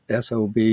SOB